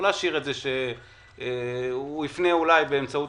לא להשאיר את זה שהוא יפנה אולי באמצעות